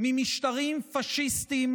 ממשטרים פשיסטיים